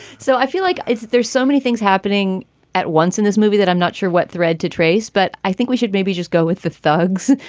so i feel like there's so many things happening at once in this movie that i'm not sure what thread to trace. but i think we should maybe just go with the thugs,